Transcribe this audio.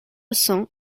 cents